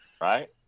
Right